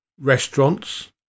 restaurants